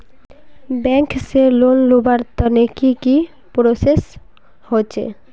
Bank से loan लुबार तने की की प्रोसेस होचे?